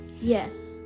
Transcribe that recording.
Yes